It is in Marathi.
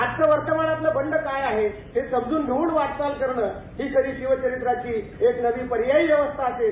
आजच्या वर्तमानातलं बंड काय आहे हे समजून घेऊन वाटचाल करणं ही शिवचरित्राची एक नवी पर्यायी व्यवस्था असेल